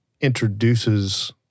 introduces